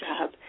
job